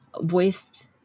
voiced